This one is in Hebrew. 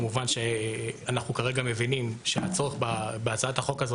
כמובן שאנחנו כרגע מבינים שהצורך בהצעת החוק הזו